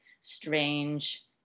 strange